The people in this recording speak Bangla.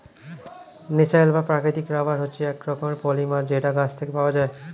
ন্যাচারাল বা প্রাকৃতিক রাবার হচ্ছে এক রকমের পলিমার যেটা গাছ থেকে পাওয়া যায়